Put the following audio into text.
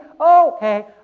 okay